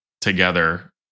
together